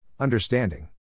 Understanding